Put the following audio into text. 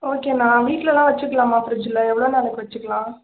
ஓகேண்ணா வீட்லெலாம் வெச்சுக்கிலாமா ஃப்ரிட்ஜில் எவ்வளோ நாளைக்கு வெச்சுக்கிலாம்